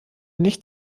nicht